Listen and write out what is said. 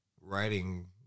writing